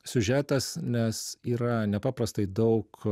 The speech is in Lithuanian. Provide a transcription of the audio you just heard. siužetas nes yra nepaprastai daug